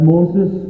Moses